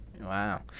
Wow